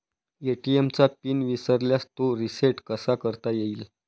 ATM चा PIN विसरल्यास तो रिसेट कसा करता येईल?